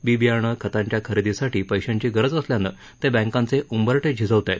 बी बीयाणं खतांच्या खरेदीसाठी पैशांची गरज असल्यानं ते बँकांचे उंबरठे झिजवत आहेत